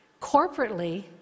corporately